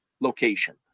location